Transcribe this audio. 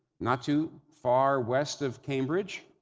not too far west of cambridge.